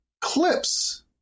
clips